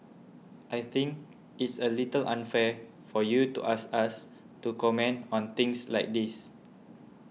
I think it's a little unfair for you to ask us to comment on things like this